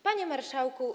Panie Marszałku!